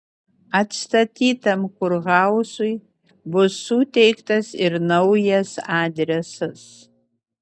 atstatytam kurhauzui bus suteiktas ir naujas adresas